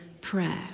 prayer